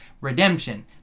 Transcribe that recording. Redemption